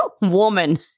woman